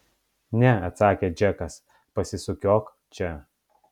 ne atsakė džekas pasisukiok čia